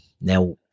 now